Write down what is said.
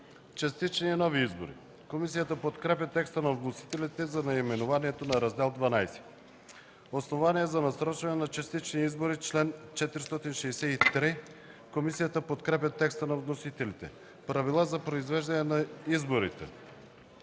Частични и нови избори”. Комисията подкрепя текста на вносителите за наименованието на Раздел XII. „Основания за насрочване на частични избори.” Комисията подкрепя текста на вносителите за чл. 463. „Правила за произвеждане на изборите.”